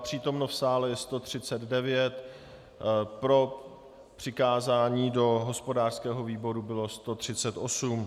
Přítomno v sále je 139, pro přikázání do hospodářského výboru bylo 138.